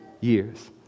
years